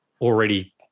already